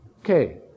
Okay